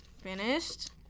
Finished